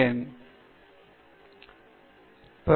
எனவே உங்களுக்கு பொறுமை வேண்டும்